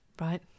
right